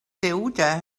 ceuta